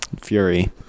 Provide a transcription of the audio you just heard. Fury